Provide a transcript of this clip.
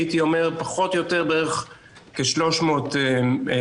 הייתי אומר פחות או יותר בערך כ-300 משפחות,